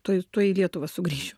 tuoj tuoj į lietuvą sugrįšiu